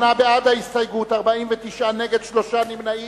28 בעד ההסתייגות, 49 נגד, שלושה נמנעים.